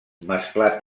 mesclat